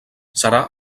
serà